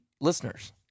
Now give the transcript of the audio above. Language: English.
listeners